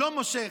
לא מושך.